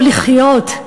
טוב לחיות',